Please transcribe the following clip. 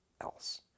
else